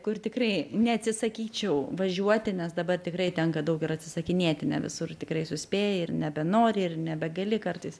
kur tikrai neatsisakyčiau važiuoti nes dabar tikrai tenka daug ir atsisakinėti ne visur tikrai suspėji ir nebenori ir nebegali kartais